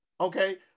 okay